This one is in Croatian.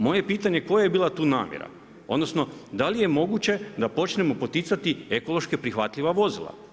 Moje je pitanje koja je bila tu namjera odnosno da li je moguće da počnemo poticati ekološki prihvatljiva vozila?